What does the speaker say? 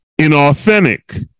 inauthentic